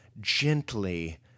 gently